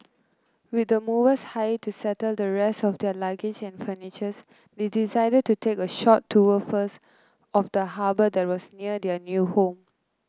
with the movers hired to settle the rest of their luggage and furniture's they decided to take a short tour first of the harbour that was near their new home